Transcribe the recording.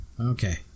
Okay